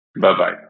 Bye-bye